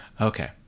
Okay